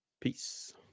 peace